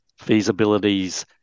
feasibilities